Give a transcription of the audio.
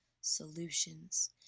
solutions